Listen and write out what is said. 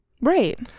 right